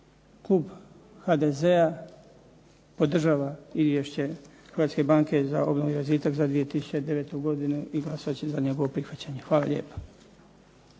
klub HDZ-a podržava izvješće Hrvatske banke za obnovu i razvitak za 2009. godinu i glasovat će za njegovo prihvaćanje. Hvala lijepa.